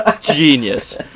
Genius